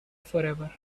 forever